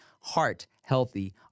heart-healthy